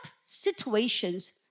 situations